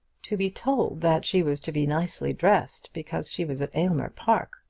to be told that she was to be nicely dressed because she was at aylmer park!